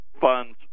funds